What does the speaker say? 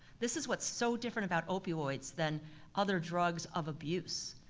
this is what's so different about opioids than other drugs of abuse.